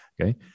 Okay